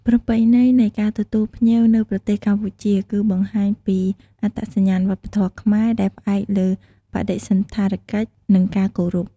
ប្រពៃណីនៃការទទួលភ្ញៀវនៅប្រទេសកម្ពុជា គឺ បង្ហាញពីអត្តសញ្ញាណវប្បធម៌ខ្មែរដែលផ្អែកលើ បដិសណ្ឋារកិច្ច និងការគោរព។